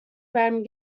برمی